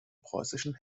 preußischen